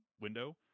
window